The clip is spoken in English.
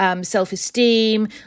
self-esteem